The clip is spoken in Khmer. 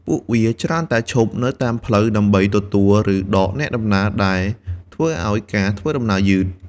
ពួកវាច្រើនតែឈប់នៅតាមផ្លូវដើម្បីទទួលឬដកអ្នកដំណើរដែលធ្វើឱ្យការធ្វើដំណើរយឺត។